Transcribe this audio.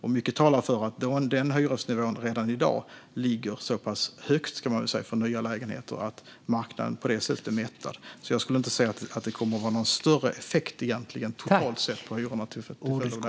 Mycket talar för att hyresnivån för nya lägenheter redan i dag ligger så högt att marknaden på det sättet är mättad, så jag skulle inte tro att det nya systemet egentligen kommer att ha någon större effekt på hyrorna totalt sett.